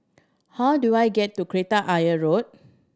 how do I get to Kreta Ayer Road